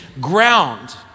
ground